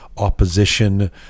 opposition